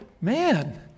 man